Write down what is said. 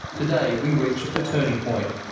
today we reached a turning point.